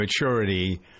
maturity